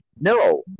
No